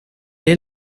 est